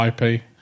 IP